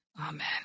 Amen